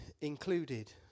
included